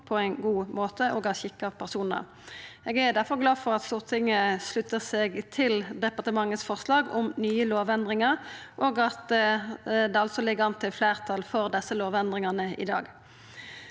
på ein god måte og av skikka personar. Eg er difor glad for at Stortinget sluttar seg til departementets forslag om nye lovendringar, og at det altså ligg an til fleirtal for desse lovendringane i dag.